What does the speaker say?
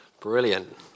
brilliant